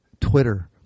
Twitter